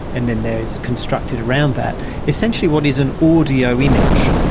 and then there is constructed around that essentially what is an audio image,